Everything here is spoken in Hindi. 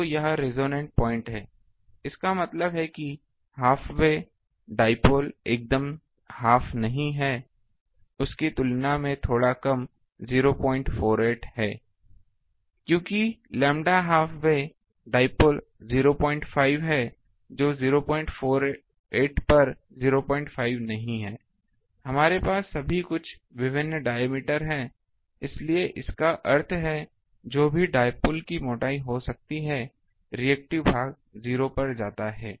तो यह रेसोनेन्ट पॉइंट है इसका मतलब है कि हाफ वे डाइपोल एकदम हाफ नहीं उसकी तुलना में थोड़ा कम 048 है क्योंकि लैंबडा हाफ वे डाइपोल 05 है जो 048 पर 05 नहीं है हमारे पास सभी कुछ विभिन्न डायमीटर हैं इसलिए इसका अर्थ है जो भी डाइपोल की मोटाई हो सकती है रिएक्टिव भाग 0 पर जाता है